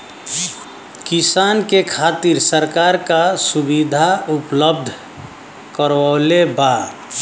किसान के खातिर सरकार का सुविधा उपलब्ध करवले बा?